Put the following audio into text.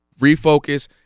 refocus